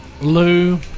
Lou